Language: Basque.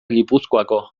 gipuzkoako